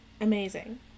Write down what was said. amazing